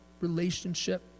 relationship